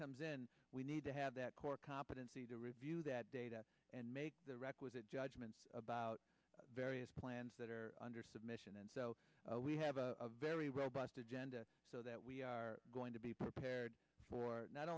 comes in we need to have that core competency to review that data and make the requisite judgments about various plans that are under submission and so we have a very robust agenda so that we are going to be prepared for not